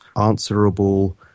answerable